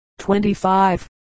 25